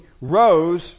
rose